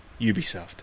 Ubisoft